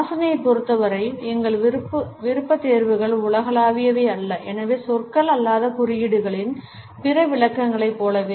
வாசனையைப் பொறுத்தவரை எங்கள் விருப்பத்தேர்வுகள் உலகளாவியவை அல்ல எனவே சொற்கள் அல்லாத குறியீடுகளின் பிற விளக்கங்களைப் போலவே